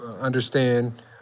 understand